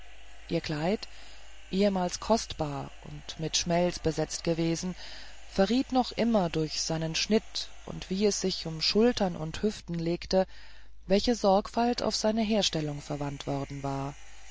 ihr kleid ehemals kostbar und mit schmelz besetzt gewesen verriet noch immer durch seinen schnitt und wie es sich um schultern und hüften legte welche sorgfalt auf seine herstellung verwandt worden war